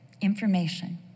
information